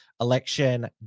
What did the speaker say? election